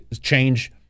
change